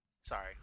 sorry